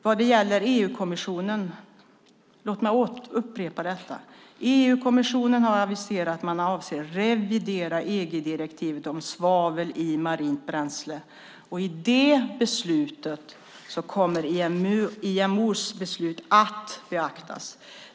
Vad gäller EU-kommissionen vill jag upprepa följande: EU-kommissionen har aviserat att de avser att revidera EG-direktivet om svavel i marint bränsle. I det arbetet kommer IMO:s beslut att beaktas.